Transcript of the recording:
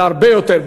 זה הרבה יותר.